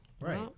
Right